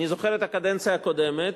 אני זוכר את הקדנציה הקודמת.